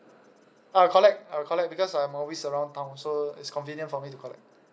I'll collect I'll collect because I'm always around town so it's convenient for me to collect